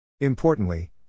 Importantly